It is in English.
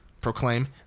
proclaim